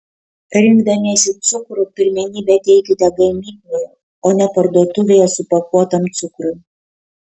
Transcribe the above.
rinkdamiesi cukrų pirmenybę teikite gamykloje o ne parduotuvėje supakuotam cukrui